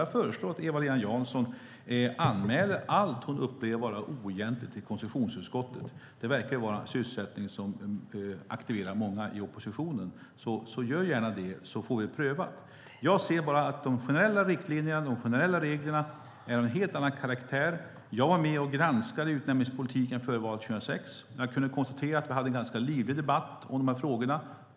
Jag föreslår att Eva-Lena Jansson anmäler allt som hon upplever vara oegentligt till konstitutionsutskottet. Det verkar vara en sysselsättning som aktiverar många i oppositionen. Gör gärna det så får vi det prövat. Jag anser att de generella riktlinjerna, de generella reglerna, är av en helt annan karaktär. Jag var med och granskade utnämningspolitiken före valet 2006. Vi kunde konstatera att vi hade en ganska livlig debatt om dessa frågor.